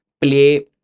play